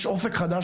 יש אופק חדש,